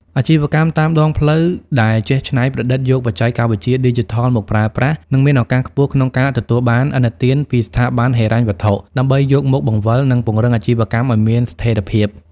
អាជីវកម្មតាមដងផ្លូវដែលចេះច្នៃប្រឌិតយកបច្ចេកវិទ្យាឌីជីថលមកប្រើប្រាស់ នឹងមានឱកាសខ្ពស់ក្នុងការទទួលបានឥណទានពីស្ថាប័នហិរញ្ញវត្ថុដើម្បីយកមកបង្វិល និងពង្រឹងអាជីវកម្មឱ្យមានស្ថិរភាព។